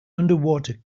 underwater